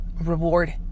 reward